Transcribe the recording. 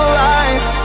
lies